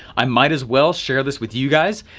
i might as well share this with you guys.